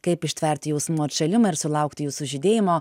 kaip ištverti jausmų atšalimą ir sulaukti jų sužydėjimo